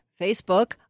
Facebook